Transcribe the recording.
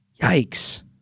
yikes